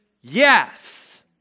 yes